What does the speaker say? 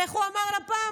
איך הוא אמר לה פעם?